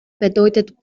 bedeutet